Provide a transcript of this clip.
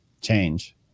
change